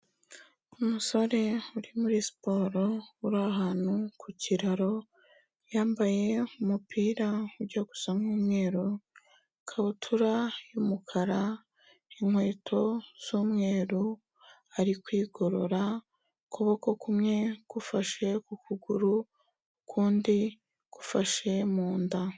Umusore uri muri siporo, uri ahantu ku kiraro, yambaye umupira ujya gusa nk'umweru, ikabutura y'umukara, inkweto z'umweru, ari kwigorora, ukuboko kumwe gufashe ukuguru, ukundi gufashe mu nda.